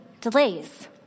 delays